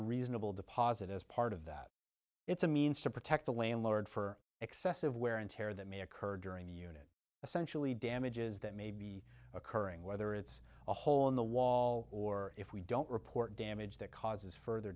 reasonable deposit as part of that it's a means to protect the landlord for excessive wear and tear that may occur during the unit essentially damages that may be occurring whether it's a hole in the wall or if we don't report damage that causes further